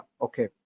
okay